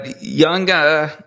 young